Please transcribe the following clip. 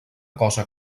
cosa